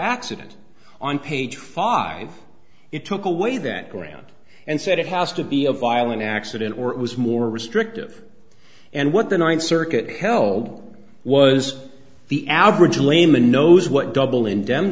accident on page five it took away that ground and said it has to be a violent accident or it was more restrictive and what the ninth circuit held was the average layman knows what double ind